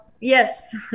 yes